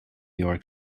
york